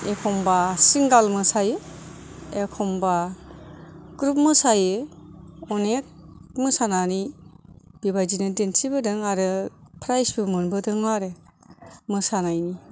एखनब्ला सिंगल मोसायो एखनब्ला ग्रुप मोसायो अनेक मोसानानै बेबादिनो दिन्थिबोदों आरो प्राइस बो मोनबोदों आरो मोसानायनि